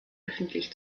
öffentlich